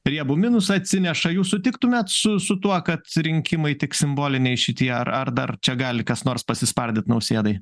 riebų minusą atsineša jūs sutiktumėt su su tuo kad rinkimai tik simboliniai šitie ar ar dar čia gali kas nors pasispardyt nausėdai